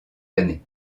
années